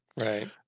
Right